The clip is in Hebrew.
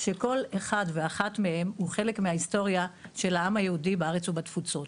שכל אחד ואחת מהם הוא חלק מההיסטוריה של העם היהודי בארץ ובתפוצות.